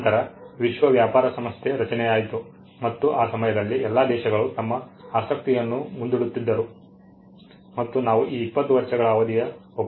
ನಂತರ ವಿಶ್ವ ವ್ಯಾಪಾರ ಸಂಸ್ಥೆ ರಚನೆಯಾಯಿತು ಮತ್ತು ಆ ಸಮಯದಲ್ಲಿ ಎಲ್ಲ ದೇಶಗಳು ತಮ್ಮ ಆಸಕ್ತಿಯನ್ನು ಮುಂದಿಡುತ್ತಿದ್ದರು ಮತ್ತು ನಾವು ಈ 20 ವರ್ಷಗಳ ಅವಧಿಯ ಒಪ್ಪಂದವನ್ನು ಹೊಂದಿದ್ದೇವೆ